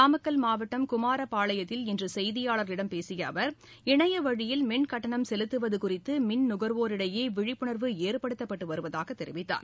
நாமக்கல் மாவட்டம் குமாரபாளையத்தில் இன்று செய்தியாளர்களிடம் பேசிய அவர் இணையவழியில் மின்கட்டணம் செலுத்துவது குறித்து மின் நுகர்வோரிடையே விழிப்புணர்வு ஏற்படுத்தப்பட்டு வருவதாக தெரிவித்தார்